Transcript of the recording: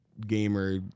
gamer